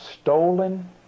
stolen